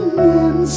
men